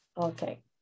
Okay